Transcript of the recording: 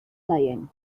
playing